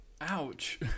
Ouch